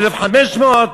1,500?